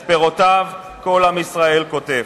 את פירותיו כל עם ישראל קוטף.